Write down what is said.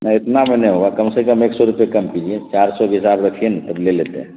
نہیں اتنا میں نہیں ہوگا کم سے کم ایک سو روپے کم کیجیے چار سو کے حساب رکھیے نا تب لے لیتے ہیں